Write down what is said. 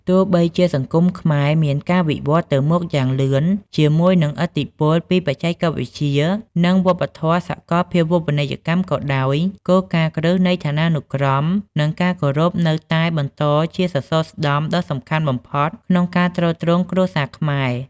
ទោះបីជាសង្គមខ្មែរមានការវិវឌ្ឍន៍ទៅមុខយ៉ាងលឿនជាមួយនឹងឥទ្ធិពលពីបច្ចេកវិទ្យា និងវប្បធម៌សាកលភាវូបនីយកម្មក៏ដោយ គោលការណ៍គ្រឹះនៃឋានានុក្រម និងការគោរពនៅតែបន្តជាសសរស្តម្ភដ៏សំខាន់បំផុត ក្នុងការទ្រទ្រង់គ្រួសារខ្មែរ។